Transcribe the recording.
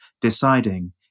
deciding